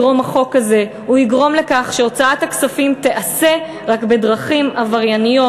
הזה יגרום לכך שהוצאת הכספים תיעשה אך ורק בדרכים עברייניות.